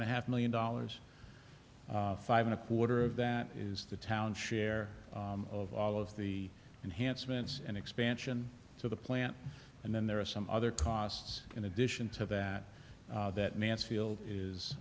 and a half million dollars five and a quarter of that is the town's share of all of the enhancements and expansion to the plant and then there are some other costs in addition to that that nance field is